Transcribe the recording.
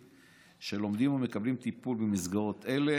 שלומדים ומקבלים טיפול במסגרות אלה,